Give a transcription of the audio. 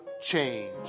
change